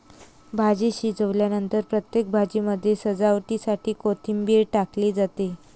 भाजी शिजल्यानंतर प्रत्येक भाजीमध्ये सजावटीसाठी कोथिंबीर टाकली जाते